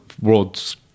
World's